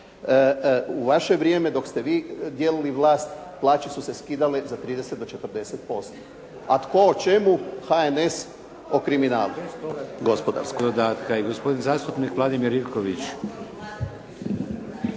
u vaše vrijeme dok ste vi dijelili vlast, plaće su se skidale za 30 do 40%, a tko o čemu, HNS o kriminalu gospodarskom.